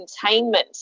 containment